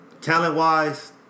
Talent-wise